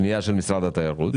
פנייה של משרד התיירות.